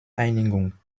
einigung